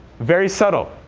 very subtle.